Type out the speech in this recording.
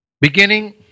beginning